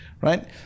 right